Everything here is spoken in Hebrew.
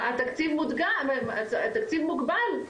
התקציב מוגבל,